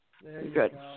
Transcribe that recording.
Good